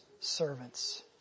servants